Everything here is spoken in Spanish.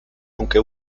aunque